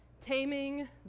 Taming